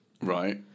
Right